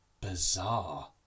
bizarre